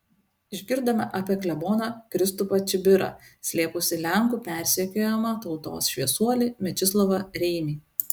išgirdome apie kleboną kristupą čibirą slėpusį lenkų persekiojamą tautos šviesuolį mečislovą reinį